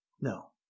No